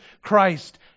Christ